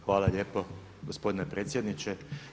Hvala lijepo gospodine predsjedniče.